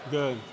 Good